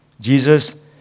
Jesus